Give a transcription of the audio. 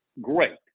great